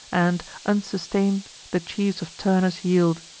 and, unsustain'd, the chiefs of turnus yield.